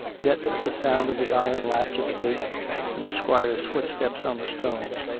yet at the sound of the iron latch of the gate and the squire's footsteps on the stones,